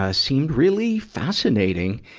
ah seemed really fascinating.